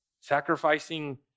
Sacrificing